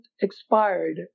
expired